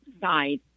side